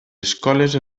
escoles